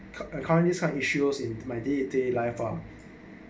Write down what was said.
currently some issues in my day day lifetime ah